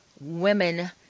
women